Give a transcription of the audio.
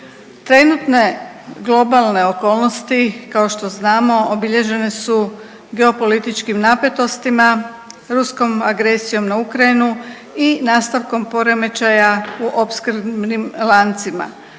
Trenutne globalne okolnosti kao što znamo obilježene su geopolitičkim napetostima, ruskom agresijom na Ukrajinu i nastavkom poremećaja u opskrbnim lancima.